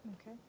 Okay